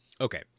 Okay